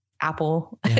Apple